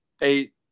eight